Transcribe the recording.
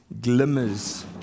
glimmers